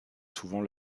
souvent